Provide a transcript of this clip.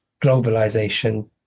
globalization